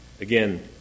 Again